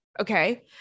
Okay